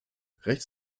rechts